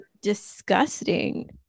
disgusting